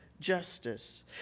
justice